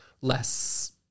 less